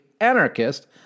anarchist